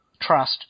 trust